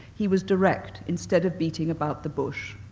he was direct, instead of beating about the bush.